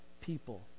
people